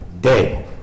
day